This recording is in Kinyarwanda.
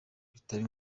bitari